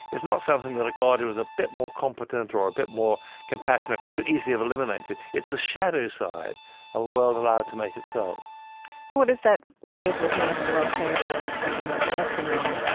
it's not something that a god who is a bit more competent or or a bit more compassionate could easily have eliminated. it's the shadow side of a world allowed to make itself what does that way of looking at the world say about something like a tsunami?